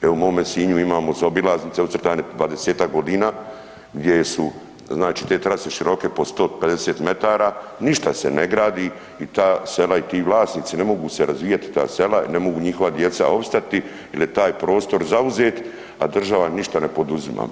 Evo u mome Sinju imamo zaobilaznice ucrtane 20-ak godina, gdje su znači te trase široke po 150 m, ništa se ne gradi i ta sela i ti vlasnici ne mogu se razvijati ta sela i ne mogu njihova djeca opstati jer je taj prostor zauzet a država ništa ne poduzima.